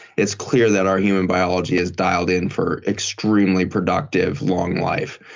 it's clear that our human biology is dialed in for extremely productive, long life.